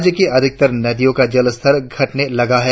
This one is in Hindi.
राज्य की अधिकतर नदियों का जलस्तर घटने लगा है